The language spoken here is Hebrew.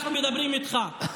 אנחנו מדברים איתך.